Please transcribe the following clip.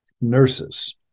nurses